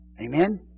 Amen